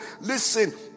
listen